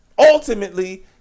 Ultimately